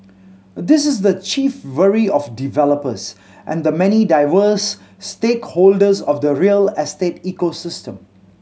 this is the chief worry of developers and the many diverse stakeholders of the real estate ecosystem